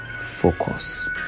focus